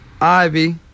Ivy